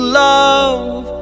love